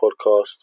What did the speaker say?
podcast